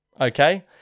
Okay